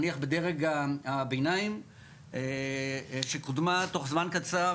בדרג הביניים שקודמה תוך זמן קצר